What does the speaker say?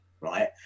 right